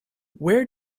where